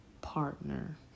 partner